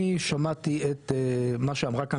אני שמעתי את מה שאמרה כן,